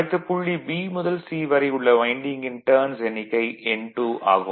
அடுத்து புள்ளி B முதல் C வரை உள்ள வைண்டிங்கின் டர்ன்ஸ் எண்ணிக்கை N2 ஆகும்